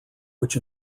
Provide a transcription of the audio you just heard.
which